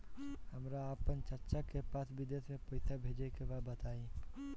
हमरा आपन चाचा के पास विदेश में पइसा भेजे के बा बताई